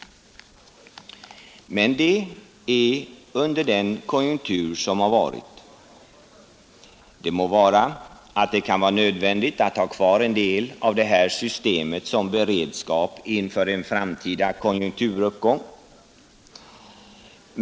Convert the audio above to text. Men det gällde under den konjunktur som har varit. Det må vara att det kan vara nödvändigt att ha kvar en del av detta system som beredskap inför en framtida konjunkturuppgång.